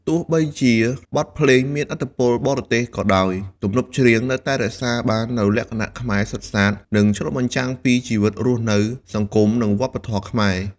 ទោះបីជាបទភ្លេងមានឥទ្ធិពលបរទេសក៏ដោយ ទំនុកច្រៀងនៅតែរក្សាបាននូវលក្ខណៈខ្មែរសុទ្ធសាធ និងឆ្លុះបញ្ចាំងពីជីវិតរស់នៅ សង្គម និងវប្បធម៌ខ្មែរ។